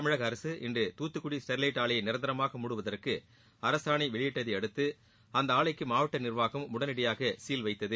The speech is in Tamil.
தமிழக அரசு இன்று துத்துக்குடி ஸ்டெர்லைட் ஆலையை நிரந்தரமாக மூடுவதற்கு அரசாணை வெளியிட்டதை அடுத்து அந்த ஆலைக்கு மாவட்ட நிர்வாகம் உடனடியாக சீல் வைத்தது